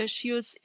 issues